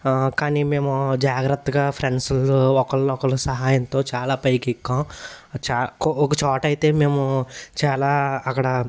కానీ మేము జాగ్రత్తగా ఫ్రెండ్స్ ఒకళ్ళనొకళ్ళు సహాయంతో చాలా పైకెక్కాం చా ఒక చోట అయితే మేము చాలా అక్కడ